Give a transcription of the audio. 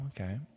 okay